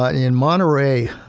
ah in monterey,